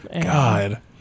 God